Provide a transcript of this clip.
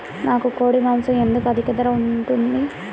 నాకు కోడి మాసం ఎందుకు అధిక ధర ఉంటుంది?